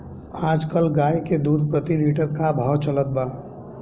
आज कल गाय के दूध प्रति लीटर का भाव चलत बा?